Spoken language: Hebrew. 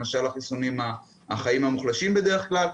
למשל החיסונים החיים המוחלשים בדרך כלל,